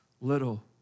little